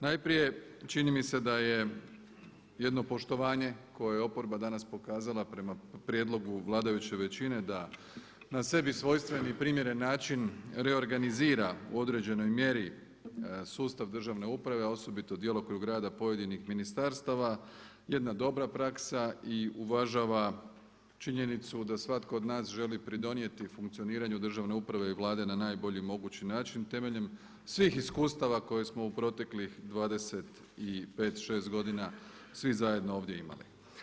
Najprije čini mi se da je jedno poštovanje koje je oporba danas pokazala prema prijedlogu vladajuće većine da na sebi svojstven i primjeren način reorganizira u određenoj mjeri sustav državne uprave a osobito djelokrug rada pojedinih ministarstava, jedna dobra praksa i uvažava činjenicu da svatko od nas želi pridonijeti funkcioniranju državne uprave i Vlade na najbolji mogući način temeljem svih iskustava koje smo u proteklih 25, 26 godina svi zajedno ovdje imali.